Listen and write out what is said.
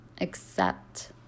accept